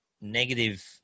negative